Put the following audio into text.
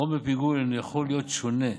חומר פיגול יכול להיות שונה.